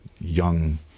young